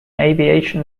aviation